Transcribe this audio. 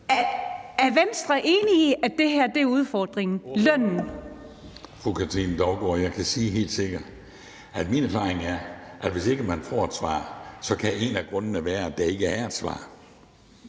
Hans Christian Schmidt (V): Fru Katrine Daugaard, jeg kan sige helt sikkert, at min erfaring er, at hvis ikke man får et svar, kan en af grundene være, at der ikke er et svar.